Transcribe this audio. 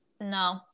No